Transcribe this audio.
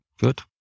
Good